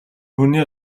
хүний